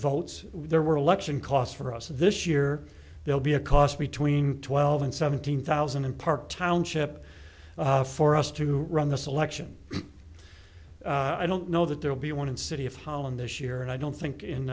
votes there were election costs for us this year they'll be a cost between twelve and seventeen thousand and park township for us to run this election i don't know that there will be one city of holland this year and i don't think in